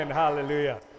hallelujah